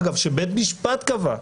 אגב שבית משפט קבע,